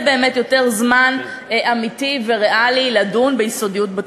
באמת יותר זמן אמיתי וריאלי לדון ביסודיות בתקציב.